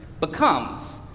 Becomes